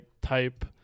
type